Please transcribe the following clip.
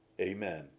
Amen